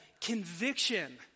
conviction